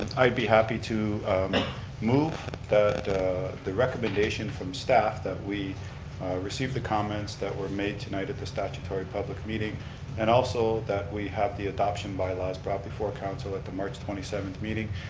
i'd be happy to move that the recommendation from staff that we received the comments that were made tonight at the stautory public meeting and also that we have the adoption bylaws brought before council at the march twenty seventh meeting,